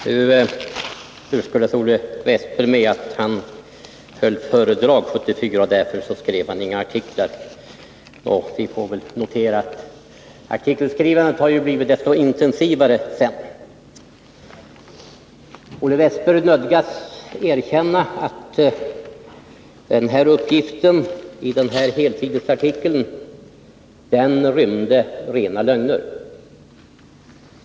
Fru talman! Nu urskuldar sig Olle Wästberg i Stockholm med att han höll föredrag 1974 och därför inte skrev några artiklar. Vi får väl då notera att artikelskrivandet har blivit desto intensivare sedan dess. Olle Wästberg nödgas erkänna att uppgifterna i den här helsidesartikeln rymde rena lögner.